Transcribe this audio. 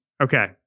Okay